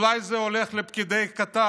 אולי זה הולך לפקידי קטאר,